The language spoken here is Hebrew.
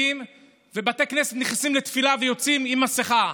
ולבתי כנסת נכנסים לתפילה ויוצאים עם מסכה.